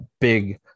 big